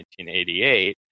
1988